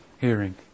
Hearing